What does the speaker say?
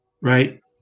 Right